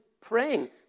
praying